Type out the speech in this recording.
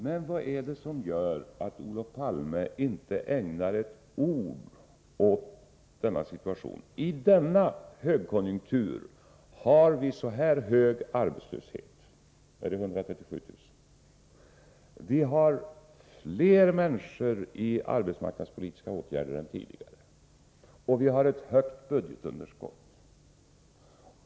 Men vad är det som gör att Olof Palme inte ägnar ett ord åt det faktum att vi i denna högkonjunktur har en sådan hög arbetslöshet — 137 000 arbetslösa — att fler människor är föremål för arbetsmarknadspolitiska åtgärder än tidigare och att vi har ett stort budgetunderskott?